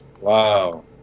Wow